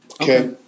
okay